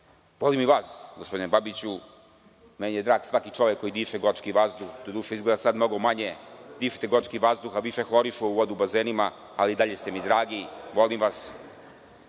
Volim i vas, gospodine Babiću. Drag mi je svaki čovek koji diše gočki vazduh, doduše sad izgleda mnogo manje dišete gočki vazduh, a više hlorisanu vodu u bazenima, ali i dalje ste mi dragi. Volim vas.